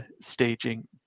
staging